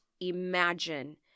imagine